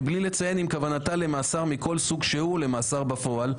מבלי לציין אם כוונתה למאסר מכל סוג שהוא או למאסר בפועל,